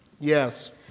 Yes